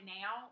now